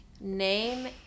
Name